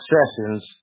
Sessions